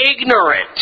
ignorant